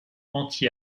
anti